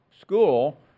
school